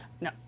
No